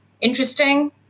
Interesting